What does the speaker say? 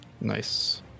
nice